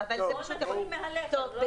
בואו נתחיל מהלחם.